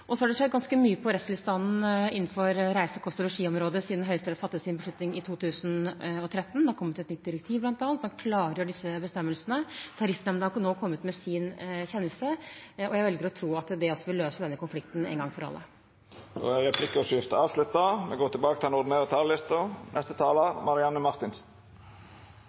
Så har det skjedd ganske mye på rettstilstanden innenfor reise-, kost- og losji-området siden Høyesterett fattet sin beslutning i 2013. Det har bl.a. kommet et nytt direktiv som klargjør disse bestemmelsene. Tariffnemnda har nå kommet med sin kjennelse, og jeg velger å tro at det vil løse denne konflikten en gang for alle. Replikkordskiftet er avslutta. I mangel av et bedre adjektiv: Det er spennende tider i Europa, og